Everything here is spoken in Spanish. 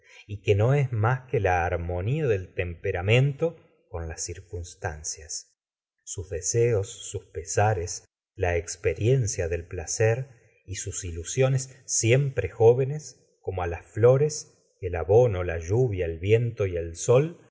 y que no es más que la harmonía del temperamento con las circunstancias sus deseos sus pesares la experiencia del pla cer y sus ilusiones siempre jóvenes como á las flores el abono la lluvia el viento y el sol